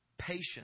patience